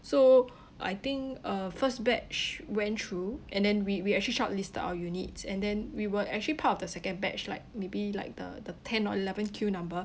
so I think uh first batch went through and then we we actually shortlisted our units and then we were actually part of the second batch like maybe like the the tenth or eleventh queue number